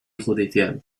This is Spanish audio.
judicial